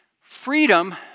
Freedom